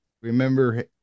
Remember